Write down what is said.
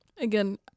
Again